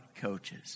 coaches